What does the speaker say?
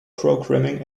programming